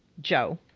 Joe